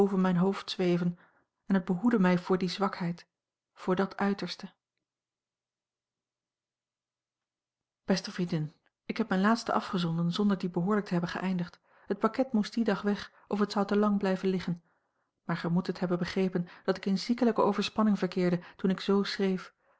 mijn hoofd zweven en het behoedde mij voor die zwakheid voor dat uiterste beste vriendin ik heb mijn laatste afgezonden zonder dien bekoorlijk te hebben geëindigd het pakket moest dien dag weg of het zou te a l g bosboom-toussaint langs een omweg lang blijven liggen maar gij moet het hebben begrepen dat ik in ziekelijke overspanning verkeerde toen ik z schreef